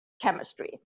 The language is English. chemistry